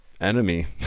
enemy